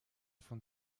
von